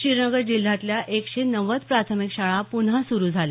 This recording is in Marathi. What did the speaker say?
श्रीनगर जिल्ह्यातल्या एकशे नव्वद प्राथमिक शाळा आज पुन्हा सुरू झाल्या